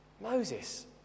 Moses